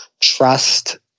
trust